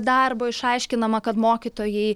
darbo išaiškinama kad mokytojai